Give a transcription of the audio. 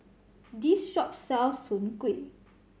this shop sells soon kway